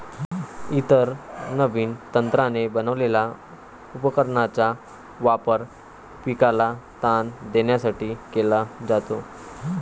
इतर नवीन तंत्राने बनवलेल्या उपकरणांचा वापर पिकाला ताण देण्यासाठी केला जातो